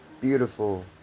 beautiful